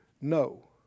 No